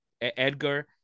Edgar